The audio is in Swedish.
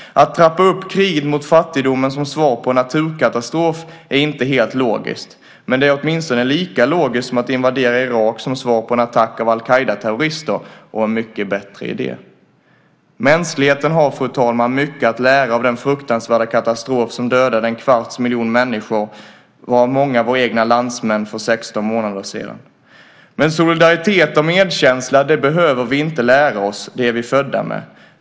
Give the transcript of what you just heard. Att trappa upp kriget mot fattigdomen som svar på en naturkatastrof är inte helt logiskt. Men det är åtminstone lika logiskt som att invadera Irak som svar på en attack av al-Qaida-terrorister - och en mycket bättre idé." Mänskligheten har, fru talman, mycket att lära av den fruktansvärda katastrof som dödade en kvarts miljon människor, varav många våra egna landsmän, för 16 månader sedan. Men solidaritet och medkänsla behöver vi inte lära oss; det är vi födda med.